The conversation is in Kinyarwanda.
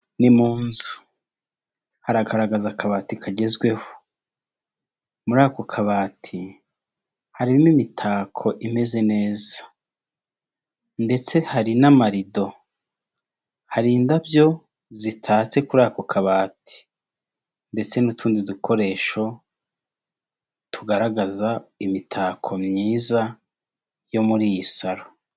Ni mu inzu haragaragaza akabati kagezweho muri ako kabati harimo imitako imeze neza, ndetse hari n'amarido hari indabyo zitatse kuri ako kabati ndetse n'utundi dukoresho tugaragaza imitako myiza yo muri iyi salo.